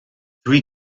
three